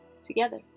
together